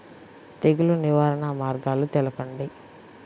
తెగులు నివారణ మార్గాలు తెలపండి?